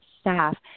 Staff